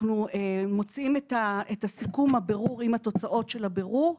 אנחנו מוציאים את סיכום הבירור עם התוצאות של הבירור.